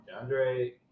Andre